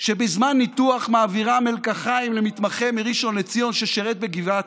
שבזמן ניתוח מעבירה מלקחיים למתמחה מראשון לציון ששירת בגבעתי,